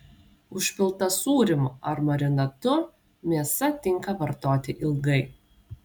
užpilta sūrimu ar marinatu mėsa tinka vartoti ilgai